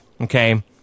Okay